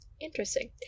Interesting